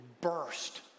burst